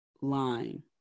line